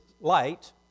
light